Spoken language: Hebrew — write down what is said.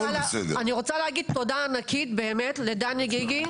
ואני רוצה להגיד תודה ענקית לדני גיגי,